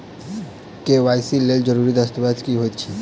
KYC लेल जरूरी दस्तावेज की होइत अछि?